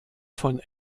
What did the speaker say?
von